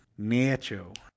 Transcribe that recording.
Nacho